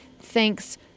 Thanks